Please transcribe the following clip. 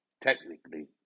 technically